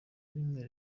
rimwe